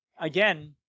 Again